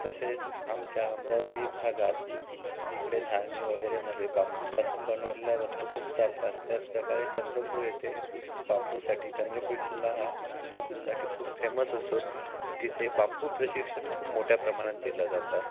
तसेच आमच्या अमरावती भागात इकडे धान्य वगैरे मध्ये बांबूपासून बनवलेल्या वस्तू खूप चालतात त्याचप्रकारे चंद्रपूर इथे बांबूसाठी चंद्रपूर जिल्हा हा बांबूसाठी खूप फेमस असून तिथे बांबू प्रशिक्षण खूप मोठ्या प्रमाणात दिलं जातं